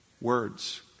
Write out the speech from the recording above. words